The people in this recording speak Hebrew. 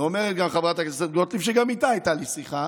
אומרת חברת הכנסת גוטליב, שגם איתה הייתה לי שיחה,